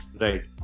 Right